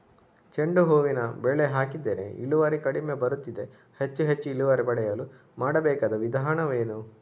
ಚೆಂಡು ಹೂವಿನ ಬೆಳೆ ಹಾಕಿದ್ದೇನೆ, ಇಳುವರಿ ಕಡಿಮೆ ಬರುತ್ತಿದೆ, ಹೆಚ್ಚು ಹೆಚ್ಚು ಇಳುವರಿ ಪಡೆಯಲು ಮಾಡಬೇಕಾದ ವಿಧಾನವೇನು?